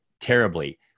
terribly